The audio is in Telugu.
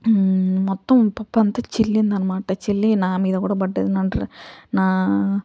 మొత్తం ఉప్పు ఉప్పు అంతా చిల్లింది అనమాట చిల్లి నా మీద కూడా పడ్దది నా